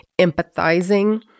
empathizing